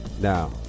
now